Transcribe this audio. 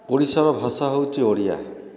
ଓଡ଼ିଶାର ଭାଷା ହେଉଛି ଓଡ଼ିଆ